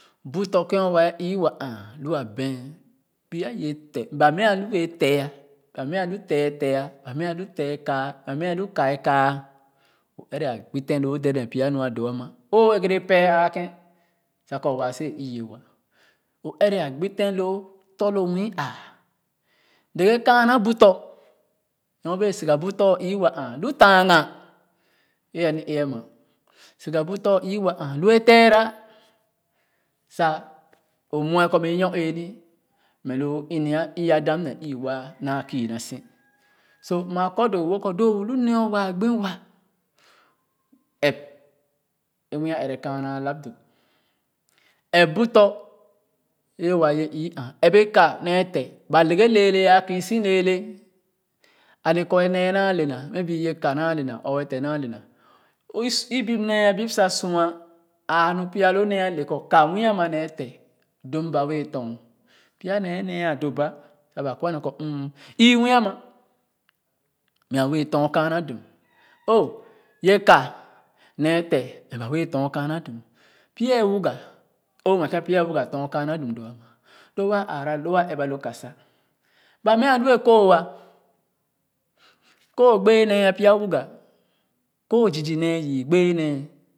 Bu tɔ̃ ken wa ii-wa aa lifean pya ye td ba mɛɛ a lu yd td bs mɛɛ a lu te ye te ah ba mɛɛ a lu lo te ye ka ba mɛɛ alu ka ye ka o te ye ka ba mɛɛ ahu ka ye ka o ɛrɛ gbo ten loo dè den py a mu a doo ama o ɛgere péé aaken sa kɔ waa si wɛɛ a ii-ye wa o ɛrɛ a gbo ten loo tɔ̃ lo nwio a le-ghe kaana bu tɔ̃ nɔr bee siga bu tɔ̃ or iie wa a lo taaga e ̄ ani ee ama siga bu tɔ̃ lu e ̄ tera sa o muɛ kɔ mɛ inyɔɔ eeni mɛ ii-nia lo ii-ya dam ne ii-wa naa kii na si so maa kɔ doo-wo kɔ lo o lu nee waa gbi wa ɛp e ̄ o wa ye ii-aa ap ye ka ne ye fe ba leghe leele a kiis leele ale kɔ ye nee naa ne na may be ye ka naa le na or yr te naa le na e su e bip nee a bip sa sua aa nu pya lo nee a le kɔ a nee kɔ mm ii-a doba sa ba kɔ mm ii-muii ama mɛ a wɛɛ tɔn kaana dum oh ye ka nee te mɛ ba wɛɛ ton kaana dum pya ye uuga o muɛ ken pya ye wuga don kaana dum ama ho waa aara lo waa ɛp ba loo ka sa ba mɛɛ a lo ye kooh ah kooh gbɛ nee pya wuga kooh zii zii nee yɛ gbɛɛ nee